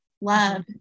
love